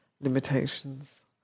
limitations